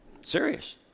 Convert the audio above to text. Serious